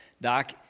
Doc